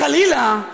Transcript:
חלילה,